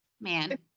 man